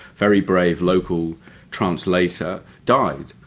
very brave local translator died.